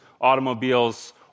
automobiles